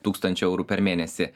tūkstančio eurų per mėnesį